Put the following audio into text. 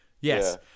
Yes